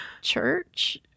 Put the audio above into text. church